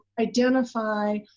identify